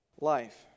life